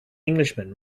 englishman